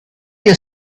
you